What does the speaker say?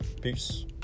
Peace